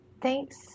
thanks